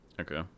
Okay